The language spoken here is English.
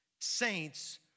saints